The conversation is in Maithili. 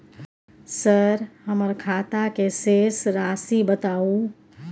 सर हमर खाता के शेस राशि बताउ?